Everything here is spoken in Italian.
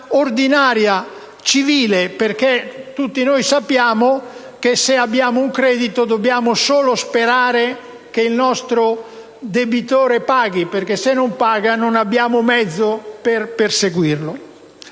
ordinaria, civile. Tutti noi sappiamo infatti che, se abbiamo un credito, dobbiamo solo sperare che il nostro debitore paghi, perché, diversamente non abbiamo mezzi per perseguirlo.